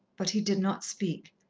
but he did not speak.